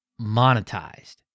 monetized